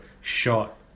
shot